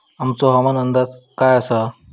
आजचो हवामान अंदाज काय आसा?